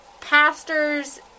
pastors